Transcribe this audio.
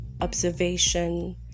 observation